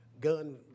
gun